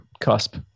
cusp